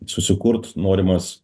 susikurt norimas